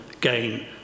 gain